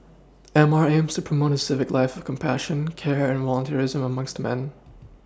M R aims to promote a civic life of compassion care and volunteerism amongst man